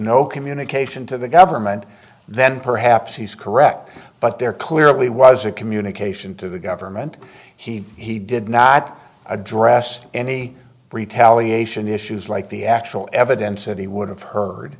no communication to the government then perhaps he's correct but there clearly was a communication to the government he he did not address any retaliation issues like the actual evidence that he would have heard